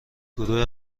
گروه